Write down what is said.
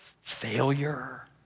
Failure